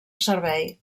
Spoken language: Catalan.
servei